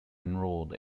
enrolled